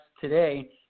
today